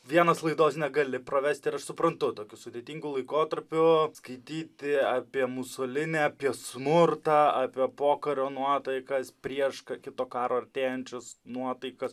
vienas laidos negali pravesti ir aš suprantu tokiu sudėtingu laikotarpiu skaityti apie musolini apie smurtą apie pokario nuotaikas prieš kito karo artėjančias nuotaikas